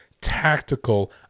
tactical